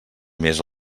mes